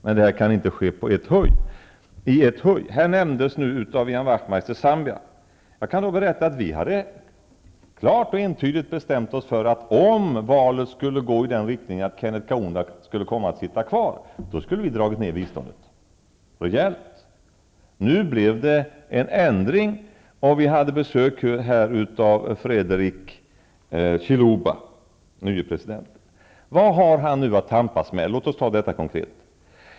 Men det kan inte ske i ett huj. Ian Wachtmeister nämnde Zambia. Jag kan berätta att regeringen hade klart och entydigt bestämt sig för, att om valet skulle gå i den riktningen att Kenneth Kaunda skulle komma att sitta kvar vid makten, skulle Sverige dra ned biståndet rejält. Nu blev det en ändring, och vi fick besök av den nya presidenten Frederick Chiluba. Vad har han nu att tampas med? Låt oss ta detta konkret.